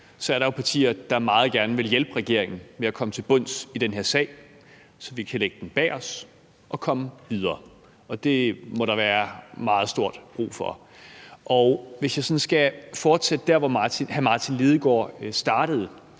er der jo partier, der meget gerne vil hjælpe regeringen med at komme til bunds i den her sag, så vi kan lægge den bag os og komme videre. Det må der være meget stor brug for. Og lad mig sådan fortsætte der, hvor hr. Martin Lidegaard slap,